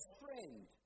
friend